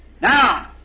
Now